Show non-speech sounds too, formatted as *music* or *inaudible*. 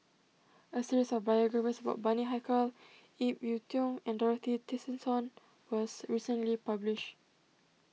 a series of biographies *noise* about Bani Haykal Ip Yiu Tung and Dorothy Tessensohn was recently published